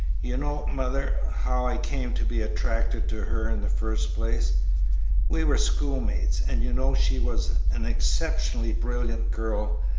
you know, mother, how i came to be attracted to her in the first place we were schoolmates, and you know she was an exceptionally brilliant girl,